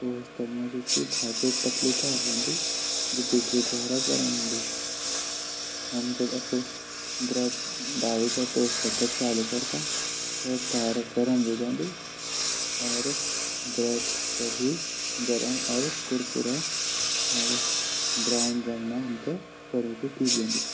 टोस्टर मा जू च धातु पतली तार हूंदी। जू बिजली द्वारा गर्म हूंदी। हम जब ब्रेड थै टोस्ट करदा। वे की तार गर्म ह्वे जांदी तब ब्रेड थे भी गर्म कुरकुरा ब्राउन रंग मा बणे दींदी।